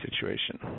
situation